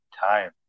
time